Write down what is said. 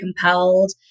compelled